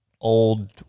old